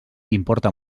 importa